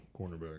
cornerback